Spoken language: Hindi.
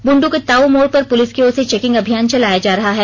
बुंडू के ताऊ मोड़ पर पुलिस की ओर से चेकिंग अभियान चलाया जा रहा है